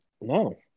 No